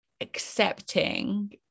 accepting